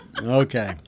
Okay